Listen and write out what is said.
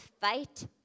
fight